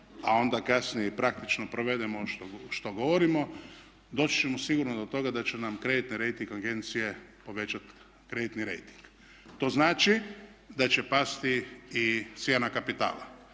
a onda kasnije i praktično provedemo što govorimo doći ćemo sigurno do toga da će nam kreditni rejting agencije povećat kreditni rejting. To znači da će pasti i cijena kapitala.